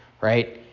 right